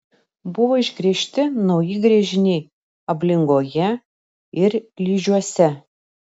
buvo išgręžti nauji gręžiniai ablingoje ir ližiuose